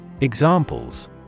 Examples